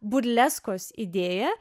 burleskos idėją